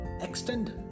extend